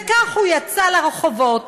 וכך הוא יצא לרחובות,